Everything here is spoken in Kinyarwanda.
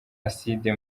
acide